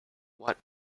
what